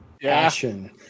passion